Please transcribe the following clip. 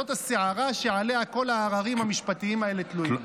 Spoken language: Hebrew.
זאת השערה שעליה כל ההררים המשפטיים האלה תלויים.